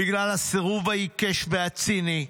בגלל הסירוב העיקש והציני,